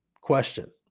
question